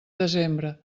desembre